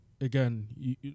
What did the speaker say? again